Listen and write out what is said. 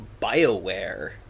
BioWare